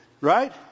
Right